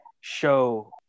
show